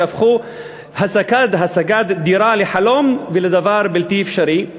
שהפכו השגת דירה לחלום ולדבר בלתי אפשרי,